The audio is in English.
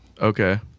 okay